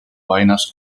buenos